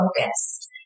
focus